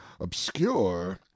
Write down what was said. obscure